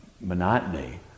monotony